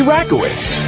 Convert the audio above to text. Rakowitz